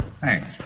Thanks